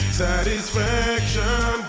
satisfaction